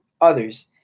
others